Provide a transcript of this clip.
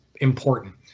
important